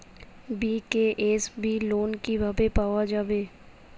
BKSB loan কিভাবে পাওয়া যাবে?